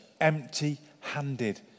empty-handed